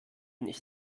nicht